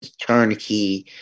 turnkey